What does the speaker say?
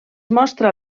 mostra